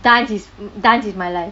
dance is dance is my life